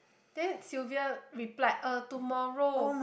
then Sylvia replied uh tomorrow